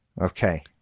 Okay